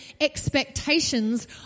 expectations